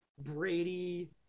Brady